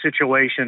situation